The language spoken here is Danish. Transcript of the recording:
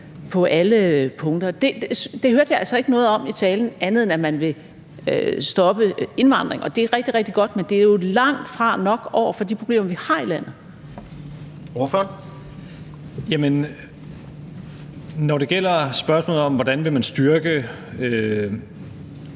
på alle punkter? Det hørte jeg altså ikke noget om i talen, andet end at man vil stoppe indvandring, og det er rigtig, rigtig godt, men det er jo langtfra nok i forhold til de problemer, vi har i landet. Kl. 16:18 Tredje næstformand (Jens